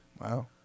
Wow